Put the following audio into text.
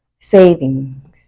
Savings